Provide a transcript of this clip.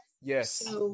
yes